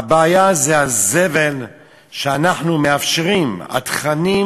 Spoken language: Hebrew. הבעיה היא הזבל שאנחנו מאפשרים, התכנים